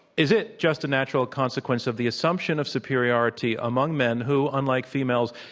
is it just a natural consequence of the assumption of superiority among men who, unlike females,